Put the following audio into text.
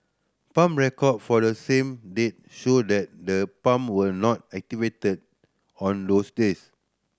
pump record for the same date show that the pump were not activated on those days